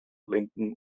lenken